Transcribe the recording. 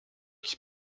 qui